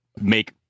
make